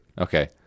Okay